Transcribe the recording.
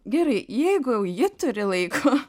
gerai jeigu jau ji turi laiko